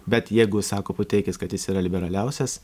bet jeigu sako puteikis kad jis yra liberaliausias